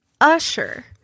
usher